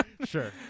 Sure